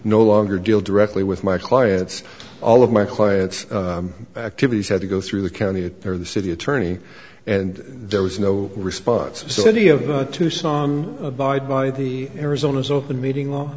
no longer deal directly with my clients all of my clients activities had to go through the county it or the city attorney and there was no response a city of tucson abide by the arizona's open meeting law